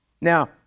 Now